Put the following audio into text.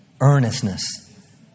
Earnestness